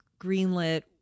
greenlit